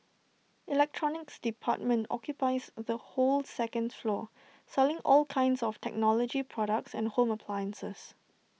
electronics department occupies the whole second floor selling all kinds of technology products and home appliances